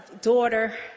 daughter